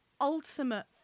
ultimate